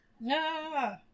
No